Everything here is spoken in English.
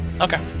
Okay